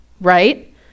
right